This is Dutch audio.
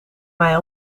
mij